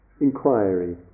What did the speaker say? inquiry